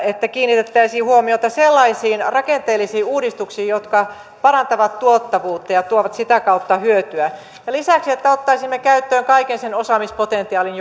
että kiinnitettäisiin huomiota sellaisiin rakenteellisiin uudistuksiin jotka parantavat tuottavuutta ja tuovat sitä kautta hyötyä ja lisäksi että ottaisimme käyttöön kaiken sen osaamispotentiaalin